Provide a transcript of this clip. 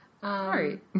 Sorry